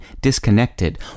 disconnected